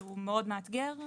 שהוא מאוד מאתגר,